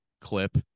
clip